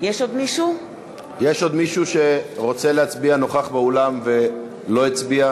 יש עוד מישהו שרוצה להצביע, נוכח באולם ולא הצביע?